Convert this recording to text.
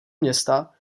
města